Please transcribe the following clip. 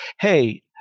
Hey